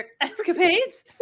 escapades